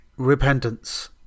repentance